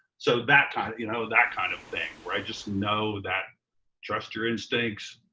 so that kind of you know that kind of thing where i just know that trust your instincts,